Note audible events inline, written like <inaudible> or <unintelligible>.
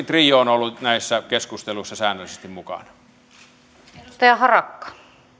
<unintelligible> trio on myöskin ollut näissä keskusteluissa säännöllisesti mukana